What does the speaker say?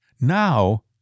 Now